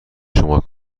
شما